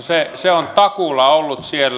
se on takuulla ollut siellä